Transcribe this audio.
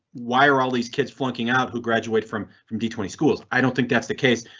why are all these kids flunking out who graduated from from the twenty schools? i don't think that's the case,